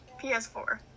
PS4